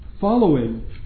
following